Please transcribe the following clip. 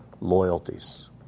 loyalties